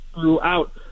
throughout